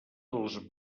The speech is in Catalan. dels